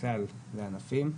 בכלל לאנשים.